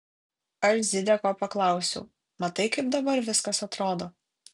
aš zideko paklausiau matai kaip dabar viskas atrodo